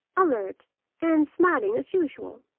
alert and smiling as usual.